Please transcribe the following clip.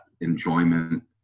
enjoyment